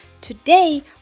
Today